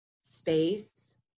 space